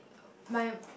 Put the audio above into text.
my